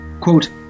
quote